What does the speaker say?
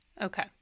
Okay